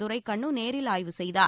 துரைக்கண்ணு நேரில் ஆய்வு செய்தார்